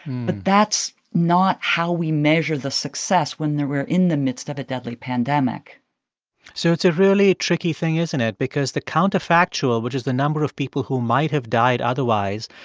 but that's not how we measure the success when we're in the midst of a deadly pandemic so it's a really tricky thing, isn't it, because the counterfactual, which is the number of people who might have died otherwise,